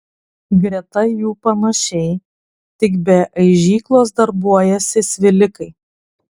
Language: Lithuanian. greta jų panašiai tik be aižyklos darbuojasi svilikai